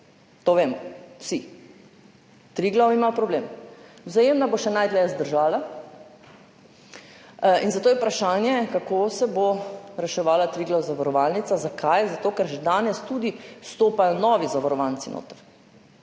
to vemo vsi. Triglav ima problem. Vzajemna bo še najdlje zdržala. Zato je vprašanje, kako se bo reševala Triglav zavarovalnica. Zakaj? Zato ker že danes tudi vstopajo novi zavarovanci noter.